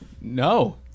No